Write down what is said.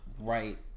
right